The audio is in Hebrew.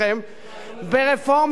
ברפורמה בשיטת הממשל,